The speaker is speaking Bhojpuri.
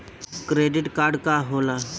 क्रेडिट कार्ड का होला?